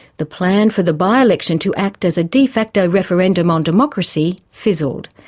the plan for the by-election to act as a de facto referendum on democracy fizzled.